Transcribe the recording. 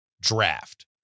draft